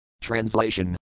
Translation